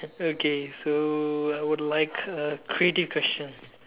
okay so I would like to have a creative question